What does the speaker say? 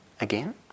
again